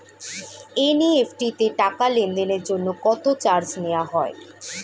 NEFT তে টাকা লেনদেনের জন্য কত চার্জ নেয়া হয়?